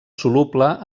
soluble